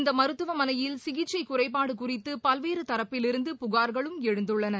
இந்த மருத்துவமனையில் சிகிச்சை குறைபாடு குறித்து பல்வேறு தரப்பிலிருந்து புகார்களும் எழுந்துள்ளன